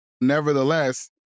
Nevertheless